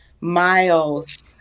Miles